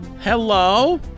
hello